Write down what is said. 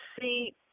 see